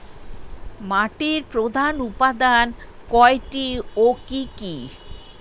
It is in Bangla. মাটির প্রধান উপাদান কয়টি ও কি কি?